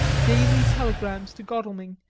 daily telegrams to godalming,